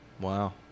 Wow